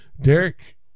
Derek